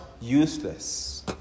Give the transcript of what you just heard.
useless